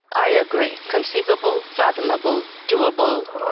i agree. conceivable, fathomable, doable,